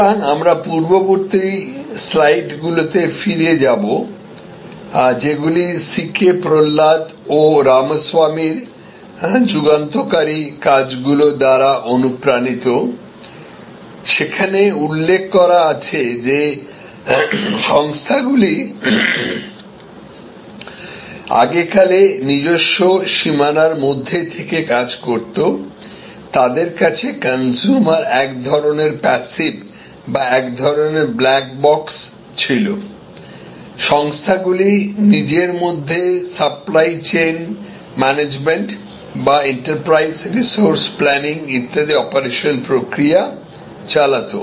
সুতরাং আমরা পূর্ববর্তী স্লাইডগুলিতে ফিরে যাব যেগুলি সিকে প্রহ্লাদ ও রামস্বামীরযুগান্তকারী কাজগুলি দ্বারা অনুপ্রাণিত সেখানে উল্লেখ করা আছে যে সংস্থাগুলি আগেকালে নিজস্ব সীমানার মধ্যে থেকে কাজ করতো তাদের কাছে কনজ্যুমার এক ধরনের প্যাসিভ বা এক ধরনের ব্ল্যাক বক্স ছিল সংস্থাগুলি নিজের মধ্যে সাপ্লাই চেইন ম্যানেজমেন্ট বা এন্টারপ্রাইজ রিসোর্স প্ল্যানিং ইত্যাদি অপারেশনাল প্রক্রিয়া চালাত